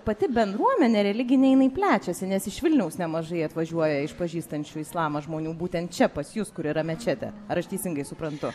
pati bendruomenė religinė jinai plečiasi nes iš vilniaus nemažai atvažiuoja išpažįstančių islamą žmonių būtent čia pas jus kur yra mečetė ar aš teisingai suprantu